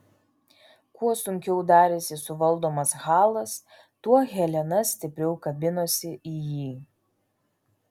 kuo sunkiau darėsi suvaldomas halas tuo helena stipriau kabinosi į jį